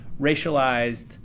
racialized